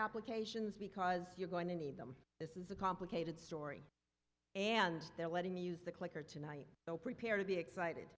applications because you're going to need them this is a complicated story and they're letting me use the clicker tonight so prepare to be excited